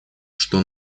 что